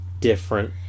different